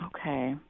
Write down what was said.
Okay